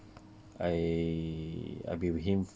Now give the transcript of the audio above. I I've been with him